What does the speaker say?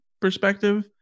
perspective